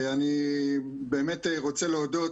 אני באמת רוצה להודות,